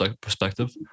perspective